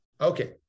Okay